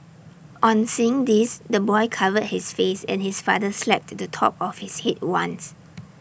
on seeing this the boy covered his face and his father slapped the top of his Head once